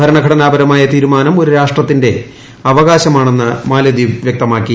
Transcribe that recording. ഭരണഘടനാപരമായ തീരുമാനം ഒരു സ്വതന്ത്ര രാഷ്ട്രത്തിന്റെ അവകാശമാണെന്ന് മാലിദ്വീപ് വ്യക്തമാക്കി